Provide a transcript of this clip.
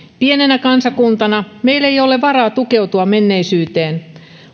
pienenä kansakuntana meillä ei ole varaa tukeutua menneisyyteen